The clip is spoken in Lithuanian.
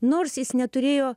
nors jis neturėjo